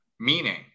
Meaning